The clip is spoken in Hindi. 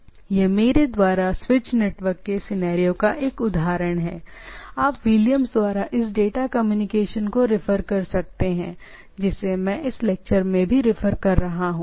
अब आमतौर पर यह मेरे द्वारा स्विच नेटवर्क के सिनेरियो का एक उदाहरण है आप विलियम्स द्वारा इस डेटा कम्युनिकेशन को रिफर कर सकते हैं जिसका मैं इस मामले में भी रिफर कर रहा हूं